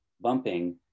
bumping